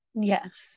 Yes